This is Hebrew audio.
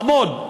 עמוד,